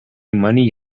money